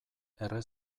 erre